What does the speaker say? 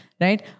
right